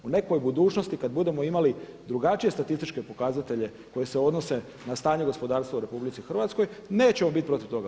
U nekoj budućnosti kada budemo imali drugačije statističke pokazatelje koji se odnose na stanje gospodarstva u RH nećemo biti protiv toga.